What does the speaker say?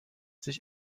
sich